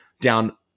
down